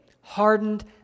hardened